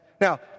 Now